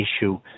issue